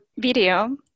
video